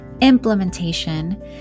implementation